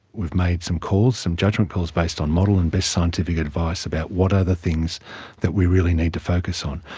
we've made some calls, some judgement calls based on model and best scientific advice about what are the things that we really need to focus on.